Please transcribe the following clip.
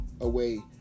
away